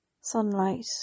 sunlight